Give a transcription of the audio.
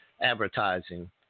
advertising